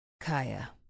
Kaya